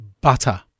butter